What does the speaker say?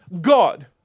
God